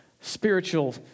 spiritual